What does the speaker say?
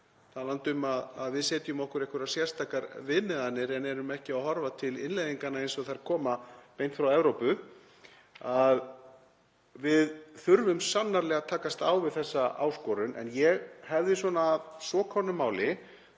talandi um að við setjum okkur einhverjar sérstakrar viðmiðanir en erum ekki að horfa til innleiðinganna eins og þær koma beint frá Evrópu. Við þurfum sannarlega að takast á við þessa áskorun en ég hefði að svo komnu máli